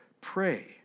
pray